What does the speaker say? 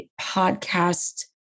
podcast